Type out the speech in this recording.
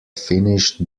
finished